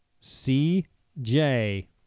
C-J